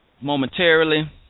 momentarily